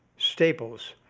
staples,